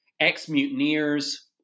ex-mutineers